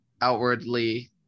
outwardly